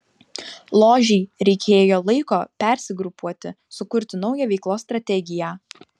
ložei reikėjo laiko persigrupuoti sukurti naują veiklos strategiją